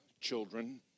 children